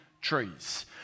trees